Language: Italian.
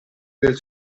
del